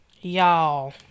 Y'all